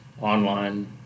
online